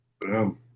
Boom